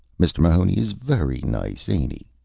mr. mahoney is very nice, ain't he?